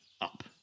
up